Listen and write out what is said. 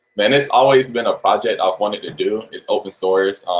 man, it's always been a project i've wanted to do is open source.